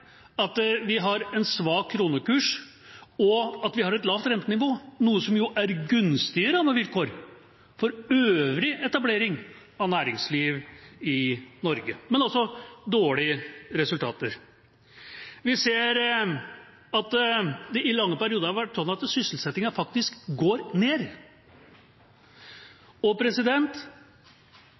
at vi har en svak kronekurs, og at vi har et lavt rentenivå, noe som er gunstige rammevilkår for øvrig etablering av næringsliv i Norge – men altså dårlige resultater. Vi ser at sysselsettingen faktisk har gått ned i lange perioder.